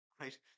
right